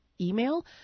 email